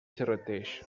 serrateix